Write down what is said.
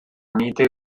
mite